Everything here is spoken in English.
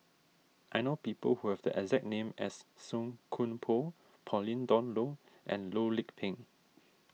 I know people who have the exact name as Song Koon Poh Pauline Dawn Loh and Loh Lik Peng